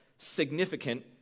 significant